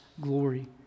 glory